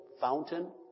fountain